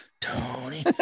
Tony